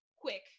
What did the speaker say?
quick